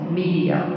media